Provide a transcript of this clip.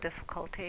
difficulty